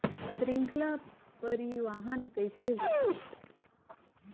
श्रृंखला परिवाहन कइसे होथे?